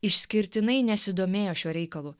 išskirtinai nesidomėjo šiuo reikalu